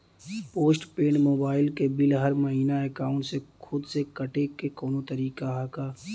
Post paid mobile क bill हर महिना एकाउंट से खुद से कटे क कौनो तरीका ह का?